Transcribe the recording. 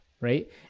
right